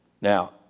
Now